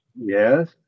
Yes